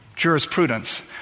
jurisprudence